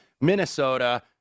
Minnesota